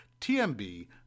TMB